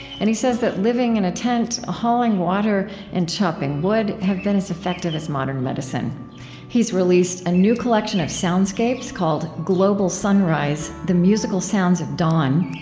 and he says that living in a tent, hauling water, and chopping wood have been as effective as modern medicine he's released a new collection of soundscapes called global sunrise the musical sounds of dawn.